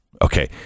Okay